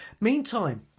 Meantime